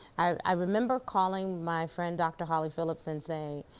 i remember calling my friend dr. holly phillips and saying